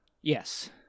Yes